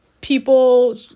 people